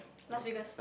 Las Vegas